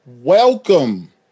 welcome